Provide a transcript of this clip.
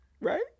right